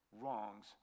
wrongs